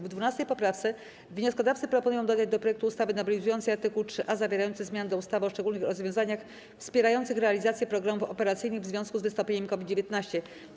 W 12. poprawce wnioskodawcy proponują dodać do projektu ustawy nowelizującej art. 3a zawierający zmianę do ustawy o szczególnych rozwiązaniach wspierających realizację programów operacyjnych w związku z wystąpieniem COVID-19.